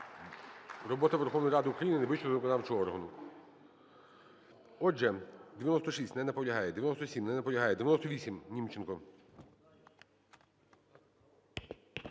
Робота Верховної Ради України – найвищий законодавчий орган. Отже, 96. Не наполягає. 97. Не наполягає. 98, Німченко.